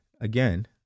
Again